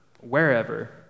wherever